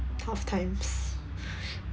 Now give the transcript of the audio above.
tough times